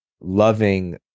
loving